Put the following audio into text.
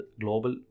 global